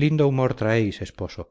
lindo humor traéis esposo